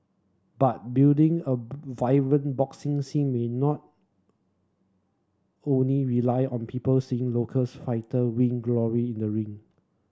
but building a vibrant boxing scene may not only rely on people seeing locals fighter win glory in the ring